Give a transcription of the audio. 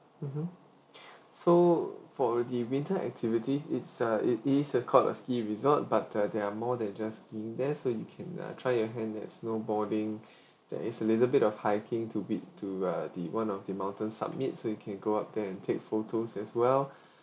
mmhmm so for the winter activities it's uh it is they called a ski resort but uh there are more than just skiing there so you can uh try your hand there's snowboarding there is a little bit of hiking to bit to uh the one of the mountain submit so you can go out and take photos as well